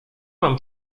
mam